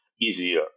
easier